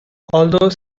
although